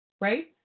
right